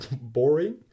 boring